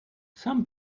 some